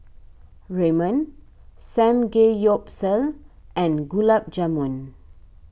Ramen Samgeyopsal and Gulab Jamun